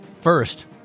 First